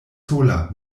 sola